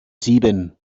sieben